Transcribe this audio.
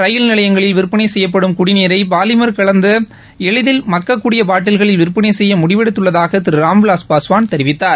ரயில் நிலையங்களில் விற்பனை செய்யப்படும் குடிநீரை பாலிமர் கலந்த எளிதில் மக்கக்கூடிய பாட்டீல்களில் விற்பனை செய்ய முடிவெடுத்துள்ளதாக திரு ராம்விலாஸ் பாஸ்வான் தெரிவித்தார்